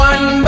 One